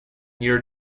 near